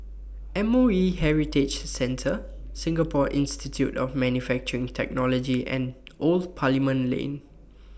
M O E Heritage Centre Singapore Institute of Manufacturing Technology and Old Parliament Lane